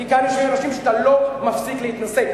כי כאן יושבים אנשים שאתה לא מפסיק להתנשא,